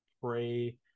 pray